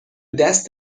دست